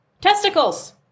testicles